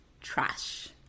Trash